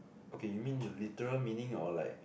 okay you mean the literal meaning or like